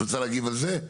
את רוצה להגיב על זה?